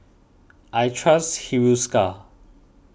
I trust Hiruscar